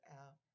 out